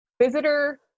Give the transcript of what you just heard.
visitor